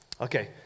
Okay